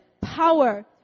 power